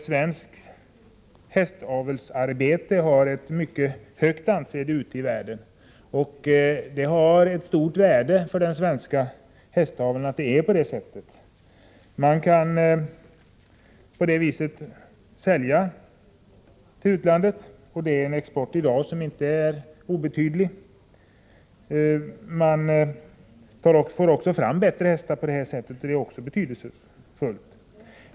Svenskt hästavelsarbete har ett mycket högt anseende ute i världen, vilket är av stort värde för den svenska hästaveln. Man kan därigenom sälja till utlandet, och denna export är i dag inte obetydlig. Man får också fram bättre hästar på det här sättet, och även det är betydelsefullt.